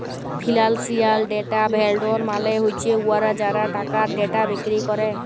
financial data vendor মালে হছে উয়ারা যারা টাকার ডেটা বিক্কিরি ক্যরে